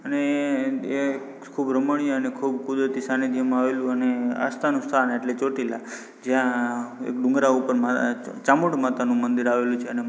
અને એ ખૂબ રમણીય અને ખૂબ કુદરતી સાનિધ્યમાં આવેલું અને આસ્થાનું સ્થાન એટલે ચોટીલા જ્યાં એક ડુંગરા ઉપર માતા ચામુંડ માતાનું મંદિર આવેલું છે અને